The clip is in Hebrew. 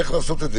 איך לעשות את זה,